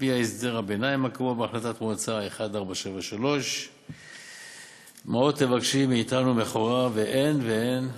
על-פי הסדר הביניים הקבוע בהחלטת מועצה 1473. מה עוד תבקשי מאתנו מכורה ואין ואין עדיין?